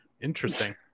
interesting